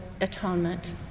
Atonement